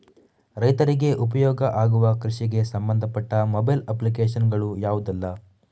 ರೈತರಿಗೆ ಉಪಯೋಗ ಆಗುವ ಕೃಷಿಗೆ ಸಂಬಂಧಪಟ್ಟ ಮೊಬೈಲ್ ಅಪ್ಲಿಕೇಶನ್ ಗಳು ಯಾವುದೆಲ್ಲ?